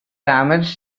damaged